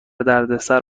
دردسر